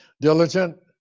diligent